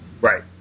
Right